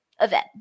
event